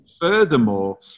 furthermore